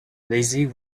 lazy